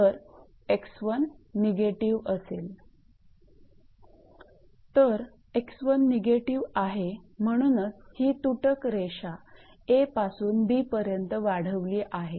तर 𝑥1 निगेटिव्ह आहे म्हणूनच ही तुटक रेषा 𝐴 पासून 𝐵 पर्यंत वाढवली आहे